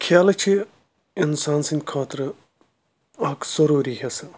کَھیلہٕ چھِ اِنسان سٕنٛدِ خٲطرٕ اَکھ ضٔروٗری حِصہٕ